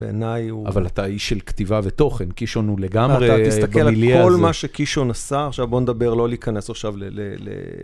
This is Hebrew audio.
‫בעיניי הוא... ‫-אבל אתה איש של כתיבה ותוכן. ‫קישון הוא לגמרי במיליה הזה. ‫-אתה תסתכל על כל מה שקישון עשה. ‫עכשיו בוא נדבר, ‫לא להיכנס עכשיו ל...